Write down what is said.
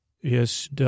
Yes